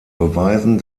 beweisen